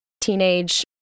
teenage